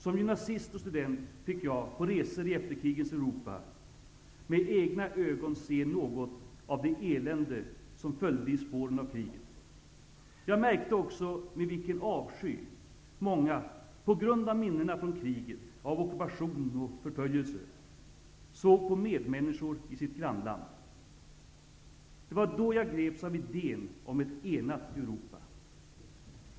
Som gymnasist och student fick jag på resor i efterkrigstidens Europa med egna ögon se något av det elände som följde i spåren av kriget. Jag märkte också med vilken avsky många -- på grund av minnen från kriget och av ockupation och förföljelse -- såg på medmänniskor i sitt grannland. Det var då jag greps av idén om ett enat Europa.